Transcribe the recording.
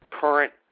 current